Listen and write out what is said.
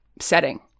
setting